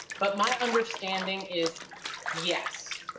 but my understanding is yes,